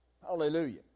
Hallelujah